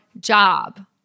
job